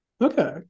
Okay